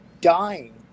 dying